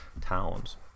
towns